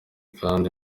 kandi